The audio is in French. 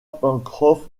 pencroff